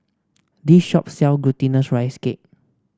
this shop sell Glutinous Rice Cake